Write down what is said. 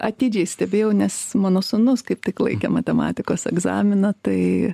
atidžiai stebėjau nes mano sūnus kaip tik laikė matematikos egzaminą tai